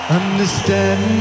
understand